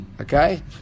Okay